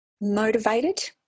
motivated